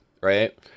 Right